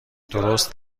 درست